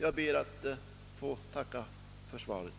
Jag ber att få tacka för svaret.